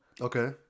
Okay